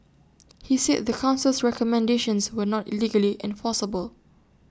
he said the Council's recommendations were not legally enforceable